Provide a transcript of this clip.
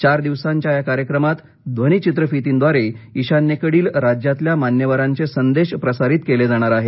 चार दिवसांच्या या कार्यक्रमात ध्वनी चित्र फिर्तीद्वारे ईशान्येकडील राज्यातल्या मान्यवरांचे संदेश प्रसारित केले जाणार आहेत